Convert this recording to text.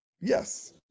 Yes